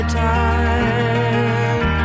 time